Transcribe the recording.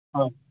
হয়